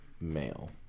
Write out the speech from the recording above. male